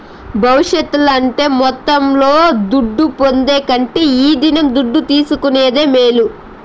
భవిష్యత్తుల అంటే మొత్తంలో దుడ్డు పొందే కంటే ఈ దినం దుడ్డు తీసుకునేదే మేలు